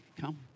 come